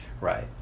right